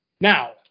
Now